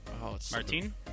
Martin